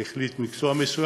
והוא החליט על מקצוע מסוים,